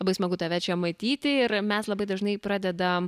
labai smagu tave čia matyti ir mes labai dažnai pradedam